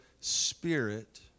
spirit